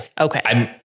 Okay